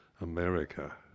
America